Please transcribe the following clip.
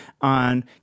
on